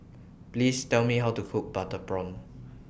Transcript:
Please Tell Me How to Cook Butter Prawn